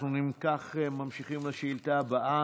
אם כך, אנחנו ממשיכים לשאילתה הבאה,